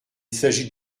s’agit